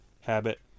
habit